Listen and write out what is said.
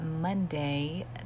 monday